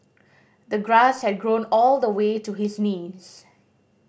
the grass had grown all the way to his knees